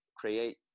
create